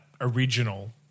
original